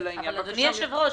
אדוני היושב-ראש,